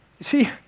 see